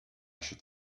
should